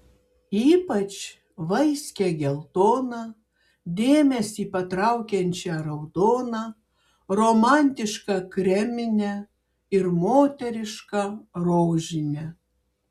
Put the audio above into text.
ypač vaiskią geltoną dėmesį patraukiančią raudoną romantišką kreminę ir moterišką rožinę